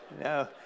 no